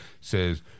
says